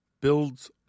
builds